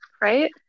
right